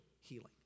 healing